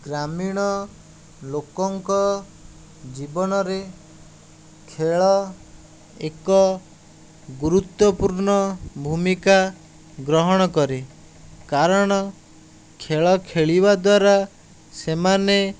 ଗ୍ରାମୀଣ ଲୋକଙ୍କ ଜୀବନରେ ଖେଳ ଏକ ଗୁରୁତ୍ଵପୂର୍ଣ୍ଣ ଭୂମିକା ଗ୍ରହଣ କରେ କାରଣ ଖେଳ ଖେଳିବା ଦ୍ୱାରା ସେମାନେ